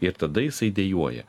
ir tada jisai dejuoja